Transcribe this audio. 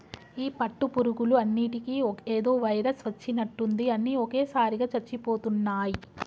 ఈ పట్టు పురుగులు అన్నిటికీ ఏదో వైరస్ వచ్చినట్టుంది అన్ని ఒకేసారిగా చచ్చిపోతున్నాయి